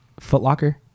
footlocker